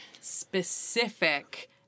specific